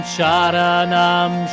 Sharanam